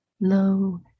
low